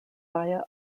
via